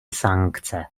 sankce